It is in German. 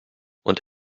und